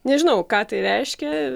nežinau ką tai reiškia